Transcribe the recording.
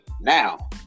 Now